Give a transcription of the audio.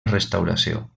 restauració